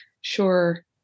sure